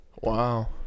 Wow